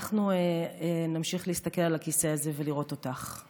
אנחנו נמשיך להסתכל על הכיסא הזה ולראות אותך.